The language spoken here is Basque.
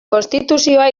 konstituzioa